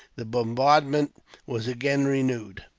the bombardment was again renewed,